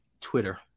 Twitter